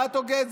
דת או גזע.